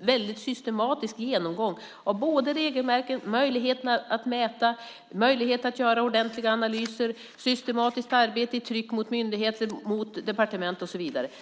väldigt systematisk genomgång av regelverken, möjligheterna att mäta, möjligheten att göra ordentliga analyser, systematiskt arbete i tryck mot myndigheter, departement och så vidare.